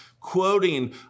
quoting